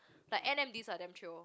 like n_m_ds are damn chio